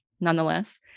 nonetheless